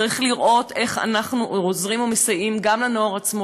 צריך לראות איך אנחנו עוזרים ומסייעים גם לנוער עצמו